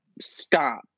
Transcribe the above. stop